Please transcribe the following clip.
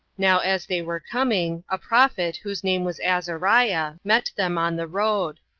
now as they were coming, a prophet, whose name was azariah, met them on the road,